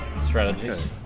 strategies